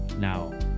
Now